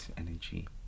energy